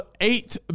eight